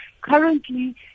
Currently